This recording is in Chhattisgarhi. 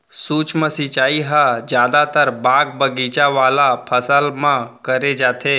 सूक्ष्म सिंचई ह जादातर बाग बगीचा वाला फसल म करे जाथे